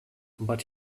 but